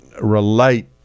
relate